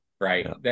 Right